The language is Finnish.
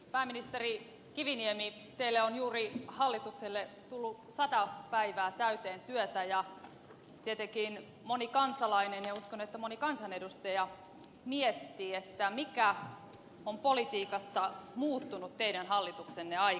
pääministeri kiviniemi teille hallitukselle on juuri tullut sata päivää täyteen työtä ja tietenkin moni kansalainen ja uskon että moni kansanedustaja miettii mikä on politiikassa muuttunut teidän hallituksenne aikana